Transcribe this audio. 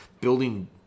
building